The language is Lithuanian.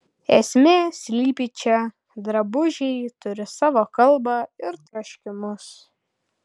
esmė slypi čia drabužiai turi savo kalbą ir troškimus